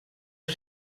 els